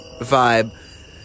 vibe